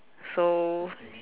so